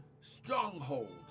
strongholds